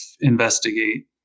investigate